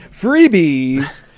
Freebies